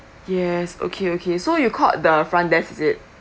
yes okay okay so you called the front desk is it